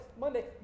Monday